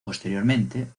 posteriormente